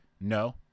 no